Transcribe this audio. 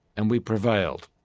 and we prevailed.